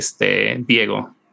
Diego